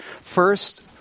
first